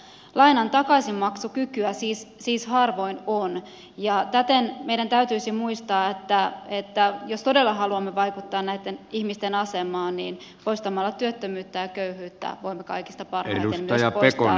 lainan takaisinmaksukykyä siis harvoin on ja täten meidän täytyisi muistaa että jos todella haluamme vaikuttaa näitten ihmisten asemaan poistamalla työttömyyttä ja köyhyyttä voimme kaikista parhaiten poistaa myös pikavippejä